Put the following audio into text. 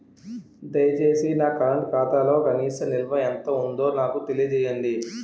దయచేసి నా కరెంట్ ఖాతాలో కనీస నిల్వ ఎంత ఉందో నాకు తెలియజేయండి